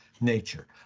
nature